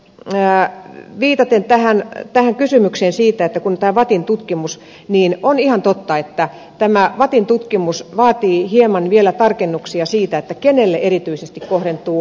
sitten viitaten kysymykseen vattin tutkimuksesta niin on ihan totta että tämä vattin tutkimus vaatii hieman vielä tarkennuksia siitä kenelle erityisesti kohdentuu